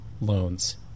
loans